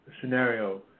scenario